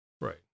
Right